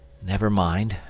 never mind,